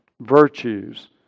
virtues